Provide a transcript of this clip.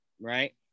right